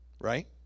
right